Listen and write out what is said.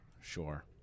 sure